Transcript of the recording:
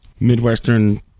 Midwestern